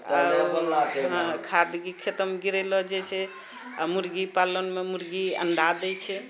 आ खाद भी खेतोमे गिरेलो जाइत छै आ मुर्गी पालनमे मुर्गी अण्डा दैत छै